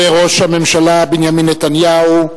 תודה רבה לראש הממשלה בנימין נתניהו.